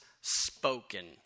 spoken